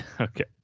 okay